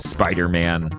Spider-Man